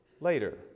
Later